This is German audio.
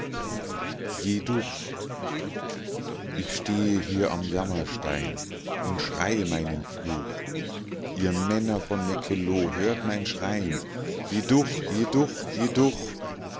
jeduch ich stehe hier am jammerstein und schreie meinen fluch ihr männer von meckeloh hört mein schrein jeduch jeduch jeduch